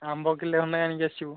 ଆମ୍ବ କିଲେ ଖଣ୍ଡେ ଆଣିକି ଆସିବୁ